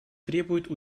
требует